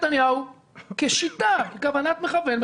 נתניהו כשיטה בכוונת מכוון,